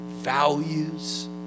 values